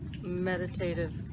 meditative